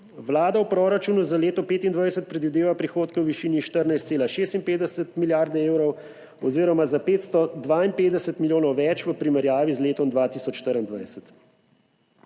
Vlada v proračunu za leto 2025 predvideva prihodke v višini 14,56 milijarde evrov oziroma za 552 milijonov več v primerjavi z letom 2024.